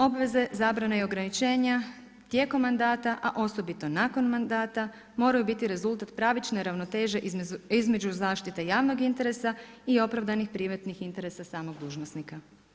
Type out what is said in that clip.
Obveze, zabrane i ograničenja tijekom mandata a osobito nakon mandata moraju biti rezultat pravične ravnoteže između zaštite javnog interesa i opravdanih privatnih interesa samog dužnosnika.